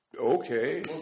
okay